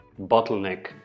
bottleneck